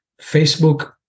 Facebook